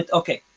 okay